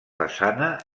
façana